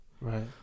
Right